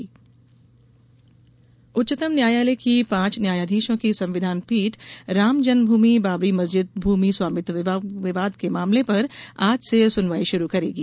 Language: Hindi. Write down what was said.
अयोध्या सुनवाई उच्चतम न्यायालय की पांच न्यायाधीशों की संविधान पीठ राम जन्मभूमि बाबरी मस्जिद भूमि स्वामित्व विवाद के मामले पर आज से सुनवाई शुरू करेगी